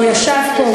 הוא ישב פה,